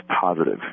positive